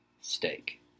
steak